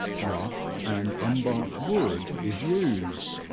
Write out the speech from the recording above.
rough and unbarked wood is used,